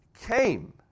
came